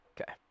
Okay